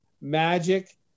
magic